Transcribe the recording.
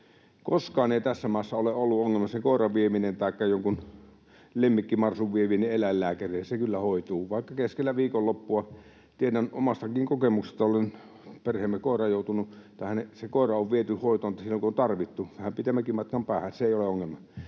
Koskaan ei tässä maassa ole ollut ongelmana se koiran taikka jonkun lemmikkimarsun vieminen eläinlääkäriin, se kyllä hoituu vaikka keskellä viikonloppua. Tiedän omastakin kokemuksesta. Perheemme koira on joutunut tähän, se koira on viety hoitoon silloin, kun on tarvittu — vähän pitemmänkin matkan päähän, se ei ole ongelma.